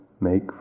make